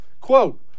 quote